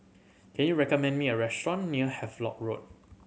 can you recommend me a restaurant near Havelock Road